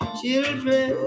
children